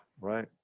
right